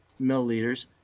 milliliters